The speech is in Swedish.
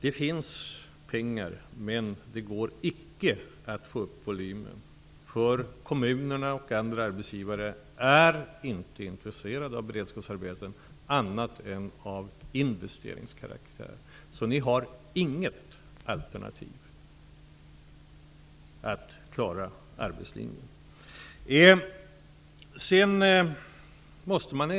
Det finns pengar, men det går icke att få upp volymen, för kommunerna och andra arbetsgivare är inte intresserade av beredskapsarbeten annat än av investeringskaraktär. Så ni har inget alternativ att klara arbetslinjen.